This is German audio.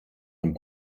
ein